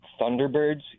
Thunderbirds